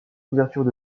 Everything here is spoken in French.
couvertures